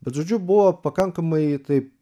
bet žodžiu buvo pakankamai taip